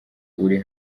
uri